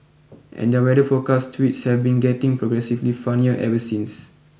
and their weather forecast tweets have been getting progressively funnier ever since